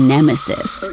Nemesis